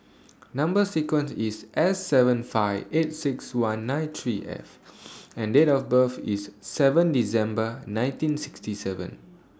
Number sequence IS S seven five eight six one nine three F and Date of birth IS seven December nineteen sixty seven